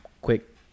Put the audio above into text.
quick